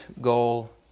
goal